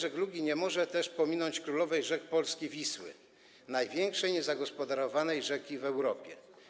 Wątek żeglugi nie może też pominąć królowej rzek Polski - Wisły, największej niezagospodarowanej rzeki w Europie.